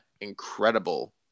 incredible